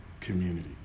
community